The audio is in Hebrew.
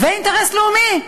ואינטרס לאומי,